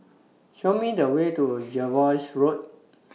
Show Me The Way to Jervois Road